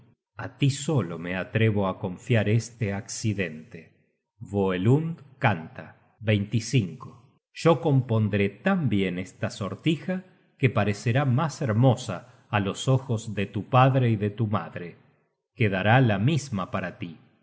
a tí solo me atrevo á confiar este accidente voelund canta yo compondré tan bien esta sortija que parecerá mas hermosa á los ojos de tu padre y de tu madre quedando la misma para tí